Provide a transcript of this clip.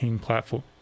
platform